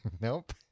Nope